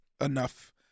enough